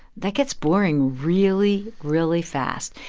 that gets boring really, really fast.